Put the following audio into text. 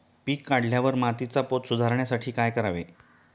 पीक काढल्यावर मातीचा पोत सुधारण्यासाठी काय करावे?